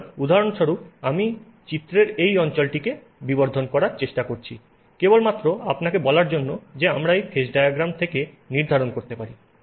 সুতরাং উদাহরণস্বরূপ আমি চিত্রের এই অঞ্চলটিকে বিবর্ধন করার চেষ্টা করছি কেবলমাত্র আপনাকে বলার জন্য যে আমরা এই ফেজ ডায়াগ্রাম থেকে নির্ধারণ করতে পারি